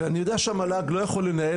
אני יודע שהמל"ג לא יכול לנהל,